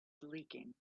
leaking